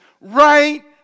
right